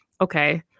okay